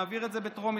נעביר את זה בטרומית,